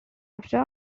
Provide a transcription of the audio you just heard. after